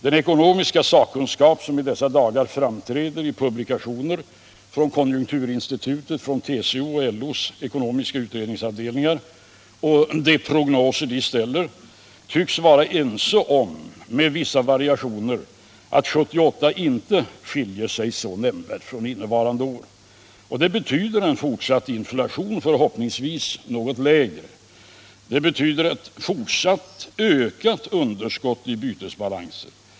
Den ekonomiska sakkunskap som i dessa dagar framträder i publikationer från konjunkturinstitutet och TCO:s och LO:s ekonomiska utredningar och prognoser tycks vara ense om — med vissa variationer — att 1978 inte kommer att skilja sig nämnvärt från innevarande år. Det betyder fortsatt inflation, förhoppningsvis något lägre. Det betyder ett fortsatt och ökat underskott i bytesbalansen.